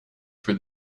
for